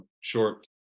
short